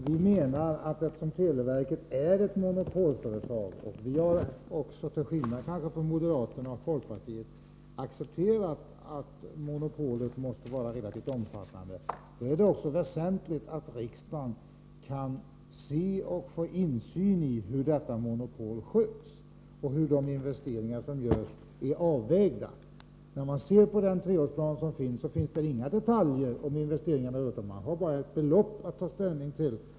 Vi menar att eftersom televerket är ett monopolföretag — och vi har till skillnad från moderaterna och folkpartiet accepterat att monopolet måste vara relativt omfattande — är det också väsentligt att riksdagen kan få insyn i hur detta monopol sköts och hur de investeringar som görs är avvägda. När man ser på den treårsplan som föreligger, finner man inga detaljer om investeringar utan bara ett belopp att ta ställning till.